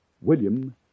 William